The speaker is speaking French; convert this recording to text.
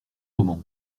roman